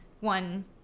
one